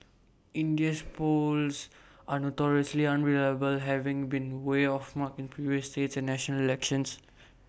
India's polls are notoriously unreliable having been way off mark in previous state and national elections